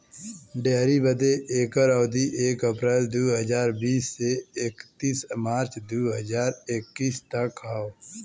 dairy बदे एकर अवधी एक अप्रैल दू हज़ार बीस से इकतीस मार्च दू हज़ार इक्कीस तक क हौ